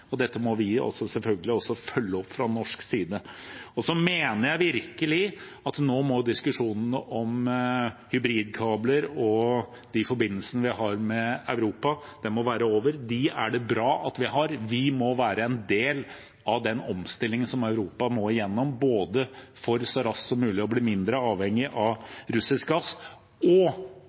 og dette må vi selvfølgelig også følge opp fra norsk side. Så mener jeg virkelig at diskusjonene om hybridkabler og de forbindelsene vi har med Europa, nå må være over. Disse er det bra at vi har. Vi må være en del av den omstillingen som Europa må igjennom, både for så raskt som mulig å bli mindre avhengige av russisk gass og